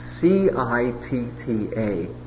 c-i-t-t-a